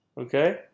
okay